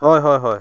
ᱦᱳᱭ ᱦᱳᱭ ᱦᱳᱭ